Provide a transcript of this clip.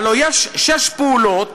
הלוא יש שש פעולות